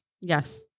Yes